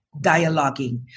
dialoguing